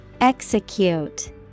Execute